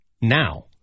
now